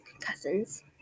cousins